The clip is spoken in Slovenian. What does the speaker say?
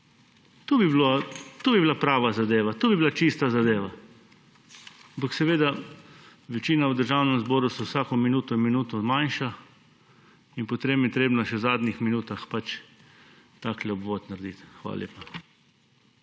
To bi bila prava zadeva, to bi bila čista zadeva. Ampak večina v Državnem zboru se vsako minuto manjša in potem je treba še v zadnjih minutah takle obvod narediti. Hvala lepa.